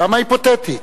למה היפותטית?